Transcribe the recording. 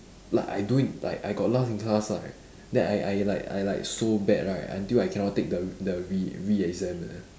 like I doing like I got last in class right then I I like I like so bad right until I cannot take the r~ the re~ re-exam leh